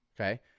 okay